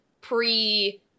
pre